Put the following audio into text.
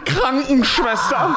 Krankenschwester